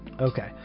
okay